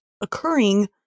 occurring